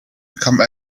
become